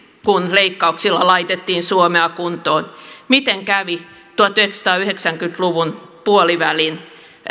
kun leikkauksilla laitettiin suomea kuntoon miten kävi tuhatyhdeksänsataayhdeksänkymmentä luvun puolivälin